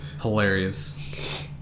Hilarious